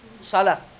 salah